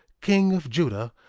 king of judah,